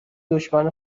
دشمن